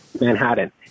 Manhattan